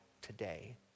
today